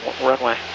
runway